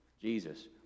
Jesus